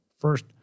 First